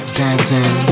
dancing